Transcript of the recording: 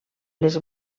les